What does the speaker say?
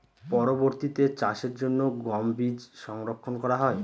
পরবর্তিতে চাষের জন্য গম বীজ সংরক্ষন করা হয়?